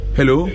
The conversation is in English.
Hello